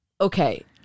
Okay